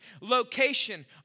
location